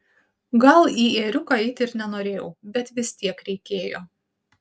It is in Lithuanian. gal į ėriuką eiti ir nenorėjau bet vis tiek reikėjo